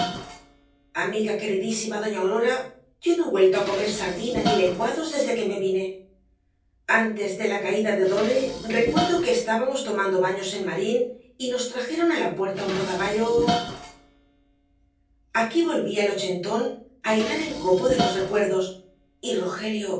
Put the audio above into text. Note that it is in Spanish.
amiga queridísima doña aurora yo no he vuelto á comer sardina ni lenguados desde que me vine antes de la caída de odonnell recuerdo que estábamos tomando baños en marín y nos trajeron á la puerta un rodaballo aquí volvía el ochentón á hilar el copo de los recuerdos y